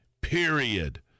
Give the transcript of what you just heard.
period